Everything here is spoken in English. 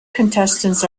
contestants